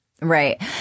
Right